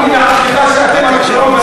אתה מאמין בעצמך שאתם הפתרון ואנחנו